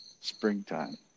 springtime